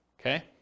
Okay